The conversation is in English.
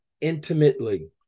intimately